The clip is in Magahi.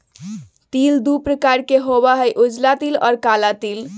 तिल दु प्रकार के होबा हई उजला तिल और काला तिल